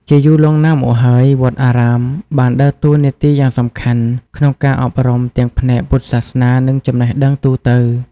ជាយូរលង់ណាស់មកហើយ វត្តអារាមបានដើរតួនាទីយ៉ាងសំខាន់ក្នុងការអប់រំទាំងផ្នែកពុទ្ធសាសនា និងចំណេះដឹងទូទៅ។